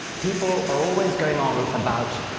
people are always going on about,